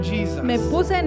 Jesus